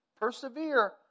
Persevere